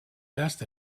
best